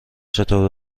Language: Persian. چطور